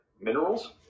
minerals